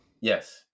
Yes